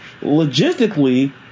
Logistically